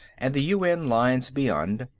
and the un lines beyond,